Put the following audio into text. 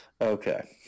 Okay